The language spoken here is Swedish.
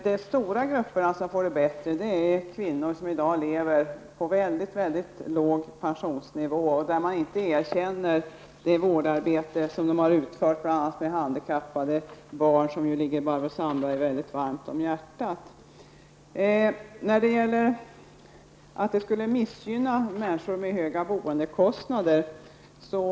De stora grupperna som får det bättre är kvinnorna som i dag lever på väldigt låg pension och där man inte erkänner det vårdarbete som de utför med bl.a. handikappade barn, något som ju ligger Barbro Sandberg väldigt varmt om hjärtat. Det sägs att systemet skulle missgynna människor med höga boendekostnader.